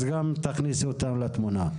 אז תכניסי אותנו לתמונה.